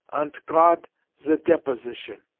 ant got ze deposition.